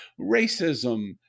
Racism